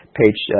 page